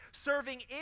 serving